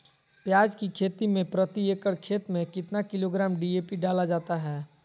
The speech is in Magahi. प्याज की खेती में प्रति एकड़ खेत में कितना किलोग्राम डी.ए.पी डाला जाता है?